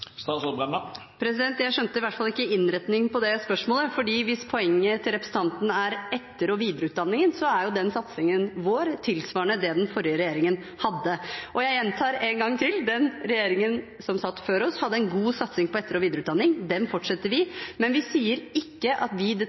Jeg skjønte i hvert fall ikke innretningen på det spørsmålet, hvis poenget til representanten er etter- og videreutdanningen, for satsingen vår er jo tilsvarende det den forrige regjeringen hadde. Jeg gjentar en gang til: Den regjeringen som satt før oss, hadde en god satsing på etter- og videreutdanning. Den fortsetter vi, men vi sier ikke at vi